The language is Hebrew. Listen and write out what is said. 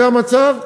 זה המצב,